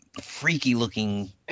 freaky-looking